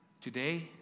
Today